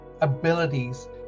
abilities